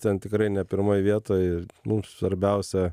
ten tikrai ne pirmoj vietoj mums svarbiausia